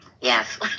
Yes